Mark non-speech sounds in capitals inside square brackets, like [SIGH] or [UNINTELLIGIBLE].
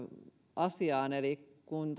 asiaan eli kun [UNINTELLIGIBLE]